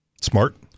Smart